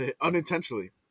unintentionally